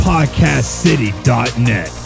PodcastCity.net